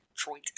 Detroit